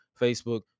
Facebook